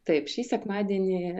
taip šį sekmadienį